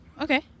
Okay